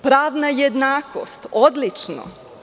Pravna jednakost, odlično.